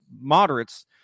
moderates